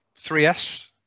3s